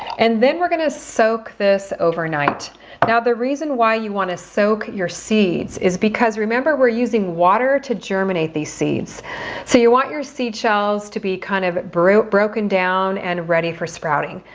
and then we're gonna soak this overnight now the reason why you want to soak your seeds is because remember we're using water to germinate these seeds so you want your seed shells to be kind of broken broken down and ready for sprouting.